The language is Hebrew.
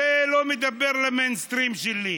זה לא מדבר למיינסטרים שלי.